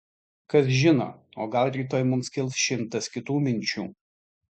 kas žino o gal rytoj mums kils šimtas kitų minčių